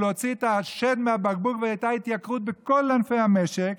אבל הוא הוציא את השד מהבקבוק והייתה התייקרות בכל ענפי המשק,